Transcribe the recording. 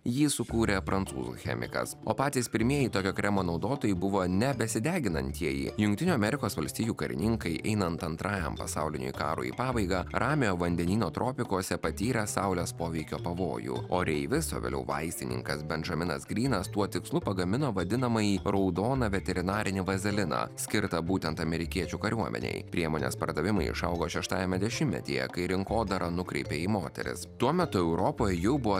jį sukūrė prancūzų chemikas o patys pirmieji tokio kremo naudotojai buvo ne besideginantieji jungtinių amerikos valstijų karininkai einant antrajam pasauliniui karui pabaigą ramiojo vandenyno tropikuose patyręs saulės poveikio pavojų oreivis o vėliau vaistininkas bendžaminas grynas tuo tikslu pagamino vadinamąjį raudoną veterinarinį vazeliną skirtą būtent amerikiečių kariuomenei priemonės pardavimai išaugo šeštajame dešimtmetyje kai rinkodarą nukreipė į moteris tuo metu europoje jau buvo